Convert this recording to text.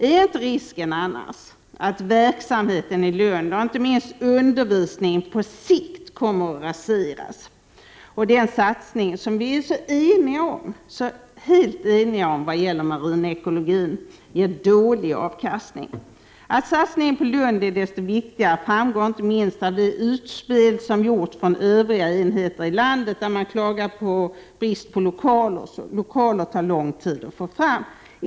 Är inte risken annars att verksamheten i Lund, och inte minst undervisningen på sikt, kommer att raseras och den satsning som vi är helt eniga om vad gäller marinekologin kommer att ge dålig avkastning? Att satsningen på Lund är desto viktigare framgår inte minst av de utspel som gjorts från övriga enheter i landet, där man klagar på brist på lokaler, och det tar också lång tid att få fram lokaler.